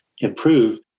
improve